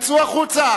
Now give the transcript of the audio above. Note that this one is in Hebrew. תצאו החוצה.